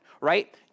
right